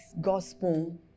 gospel